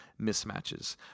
mismatches